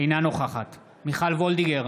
אינה נוכחת מיכל וולדיגר,